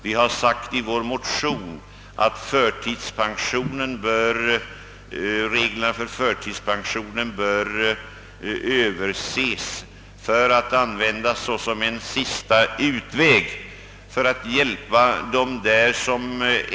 Vi har i vår motion sagt att reglerna för förtidspensionen bör överses för att användas såsom en sista utväg.